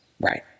Right